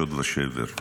שוד ושבר,